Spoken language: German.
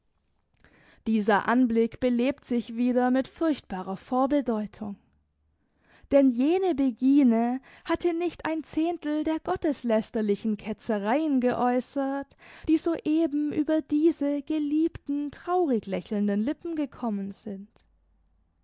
dieser anblick belebt sich wieder mit furchtbarer vorbedeutung denn jene begine hatte nicht ein zehntel der gotteslästerlichen ketzereien geäußert die soeben über diese geliebten traurig lächelnden lippen gekommen sind